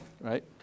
right